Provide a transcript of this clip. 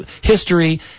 history